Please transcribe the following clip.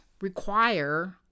require